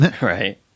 Right